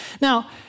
Now